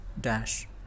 dash